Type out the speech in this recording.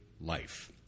life